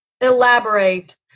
elaborate